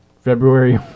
February